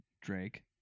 Drake